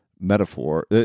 Metaphor